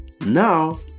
now